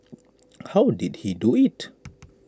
how did he do IT